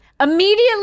immediately